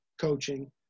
coaching